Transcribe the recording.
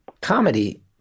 comedy